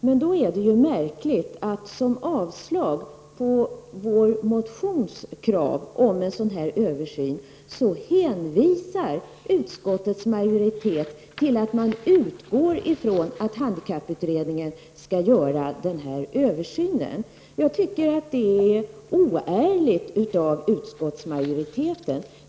Det är då märkligt att utskottets majoritet i sitt avslagsyrkande på vår motion med krav på en översyn hänvisar till att man utgår ifrån att handikapputredningen skall göra denna översyn. Jag tycker att detta är oärligt av utskottsmajoriteten.